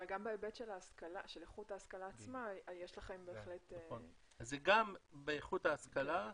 גם בהיבט של איכות ההשכלה עצמה יש לכם בהחלט --- זה גם באיכות ההשכלה,